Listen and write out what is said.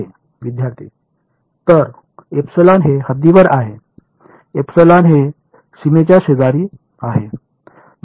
विद्यार्थी तर हे हद्दीवर आहे हे सीमेच्या शेजारी आहे